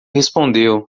respondeu